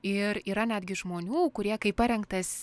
ir yra netgi žmonių kurie kaip parengtas